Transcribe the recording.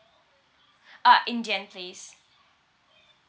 uh indian please